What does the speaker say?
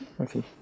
Okay